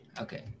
okay